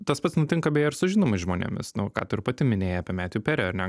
tas pats nutinka beje ir su žinomais žmonėmis nu ką tu ir pati minėjai apie metjų perį ar ne